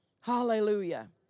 Hallelujah